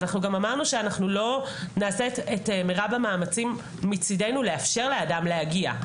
אנחנו גם אמרנו שאנחנו לא נעשה את מרב המאמצים מצידנו לאפשר לאדם להגיע,